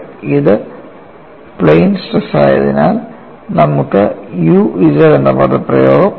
ഇത് plain stress ആയതിനാൽ നമുക്ക് u z എന്ന പദപ്രയോഗവും ഉണ്ട്